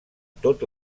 tot